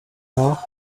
nach